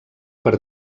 per